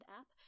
app